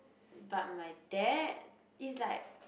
but my dad is like